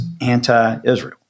anti-Israel